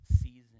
season